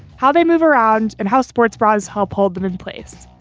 how they move around and how sports bras help hold them in place.